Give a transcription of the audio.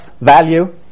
value